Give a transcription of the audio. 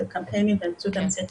קמפיינים ובאמצעות אמצעי תקשורת להמונים.